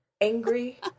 angry